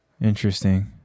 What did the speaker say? Interesting